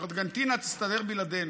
ארגנטינה תסתדר בלעדינו,